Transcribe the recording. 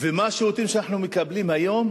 ומה השירותים שאנחנו מקבלים היום,